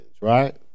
right